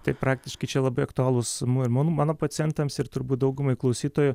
tai praktiškai čia labai aktualūs mano ir mano pacientams ir turbūt daugumai klausytojų